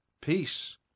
peace